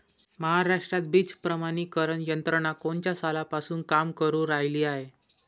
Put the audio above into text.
महाराष्ट्रात बीज प्रमानीकरण यंत्रना कोनच्या सालापासून काम करुन रायली हाये?